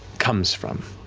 comes from.